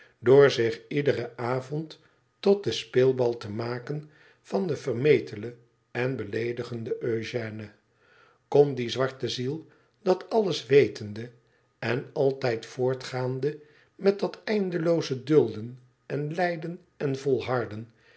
door zich iederen avond tot den speelbal te maken van den vermetelen en beleedigenden eugène kon die zwarte ziel dat alles wetende en altijd voortgaande met dat eindelooze dulden en lijden en volharden